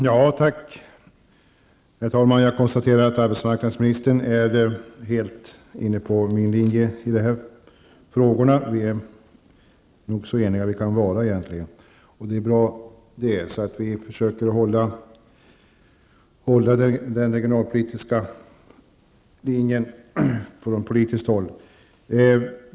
Herr talman! Jag konstaterar att arbetsmarknadsministern är inne på samma linje som jag i de här frågorna. Vi är nog så eniga vi kan bli egentligen. Det är bra att vi försöker hålla den regionalpolitiska linjen från politiskt håll.